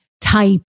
type